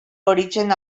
origen